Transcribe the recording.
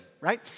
right